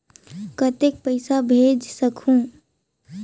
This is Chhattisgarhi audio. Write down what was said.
कतेक पइसा भेज सकहुं?